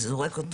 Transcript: זורק אותו